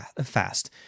fast